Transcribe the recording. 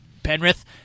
Penrith